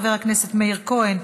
חבר הכנסת מאיר כהן,